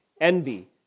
envy